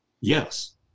yes